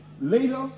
later